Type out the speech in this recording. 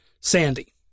Sandy